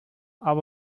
all